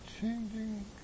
Changing